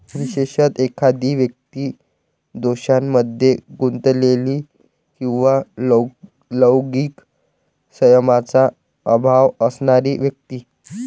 विशेषतः, एखादी व्यक्ती दोषांमध्ये गुंतलेली किंवा लैंगिक संयमाचा अभाव असणारी व्यक्ती